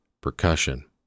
percussion